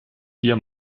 vier